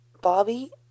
Bobby